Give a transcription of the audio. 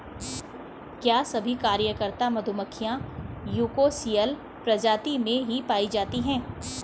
क्या सभी कार्यकर्ता मधुमक्खियां यूकोसियल प्रजाति में ही पाई जाती हैं?